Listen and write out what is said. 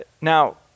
Now